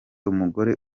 umugore